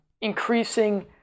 increasing